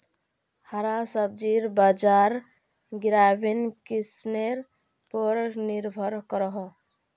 हरा सब्जिर बाज़ार ग्रामीण किसनर पोर निर्भर करोह